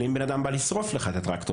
לבין אם בן אדם בא לשרוף לך את הטרקטור.